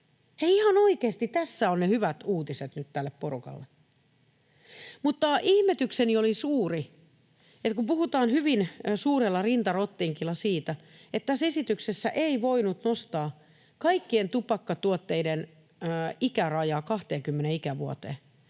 ihan oikeasti, tässä ovat ne hyvät uutiset nyt tälle porukalle. Mutta ihmetykseni oli suuri, että kun puhutaan rinta rottingilla siitä, että tässä esityksessä ei voinut nostaa kaikkien tupakkatuotteiden ikärajaa 20 ikävuoteen,